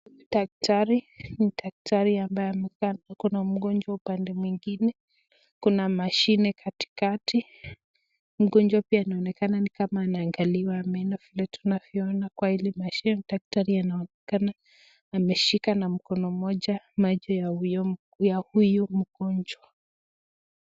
Daktari ni daktari ambaye ako na mgonjwa upande mwingine, kuna mashine katikati. Mgonjwa pia anmaonekana nikama anaangaliwa meno vile tunavyoona kwa hili mashine daktari anaonekana anashika na mkono moja macho ya huyu mgonjwa.